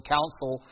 Council